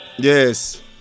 Yes